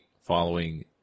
following